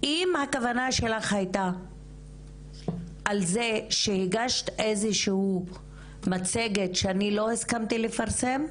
אם הכוונה שלך הייתה על זה שהגשת איזושהי מצגת שאני לא הסכמתי לפרסם,